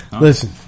Listen